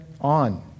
on